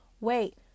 wait